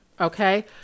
Okay